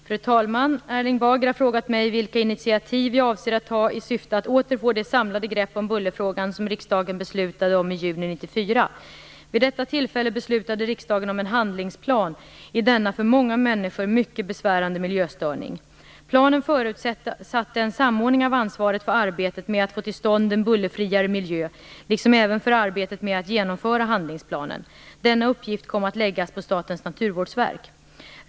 Fru talman! Erling Bager har frågat mig vilka initiativ jag avser att ta i syfte att åter få det samlade grepp om bullerfrågan som riksdagen beslutade om i juni 1994. Vid detta tillfälle beslutade riksdagen om en handlingsplan i denna för många människor mycket besvärande miljöstörning. Planen förutsatte en samordning av ansvaret för arbetet med att få till stånd en bullerfriare miljö liksom även för arbetet med att genomföra handlingsplanen. Denna uppgift kom att läggas på Statens naturvårdsverk.